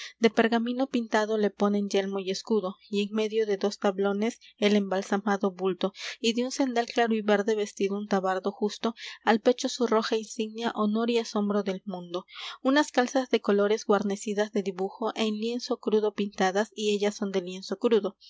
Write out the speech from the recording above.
de pergamino pintado le ponen yelmo y escudo y en medio de dos tablones el embalsamado bulto y de un cendal claro y verde vestido un tabardo justo al pecho su roja insignia honor y asombro del mundo unas calzas de colores guarnecidas de dibujo en lienzo crudo pintadas y ellas son de lienzo crudo